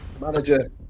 manager